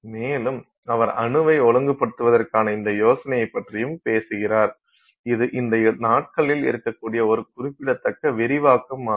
மேலும் அவர் அணுவை ஒழுங்குபடுத்துவதற்கான இந்த யோசனையைப் பற்றியும் பேசுகிறார் இது இந்த நாட்களில் இருக்ககூடிய ஒரு குறிப்பிடத்தக்க விரிவாக்கம் ஆகும்